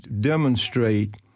demonstrate